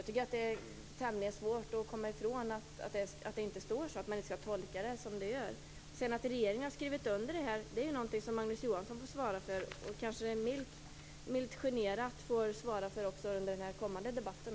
Det är svårt att komma ifrån att det inte står så och att det inte skall tolkas så. Att regeringen har skrivit under fördraget är någonting som Magnus Johansson kanske milt generat får svara för under den kommande debatten.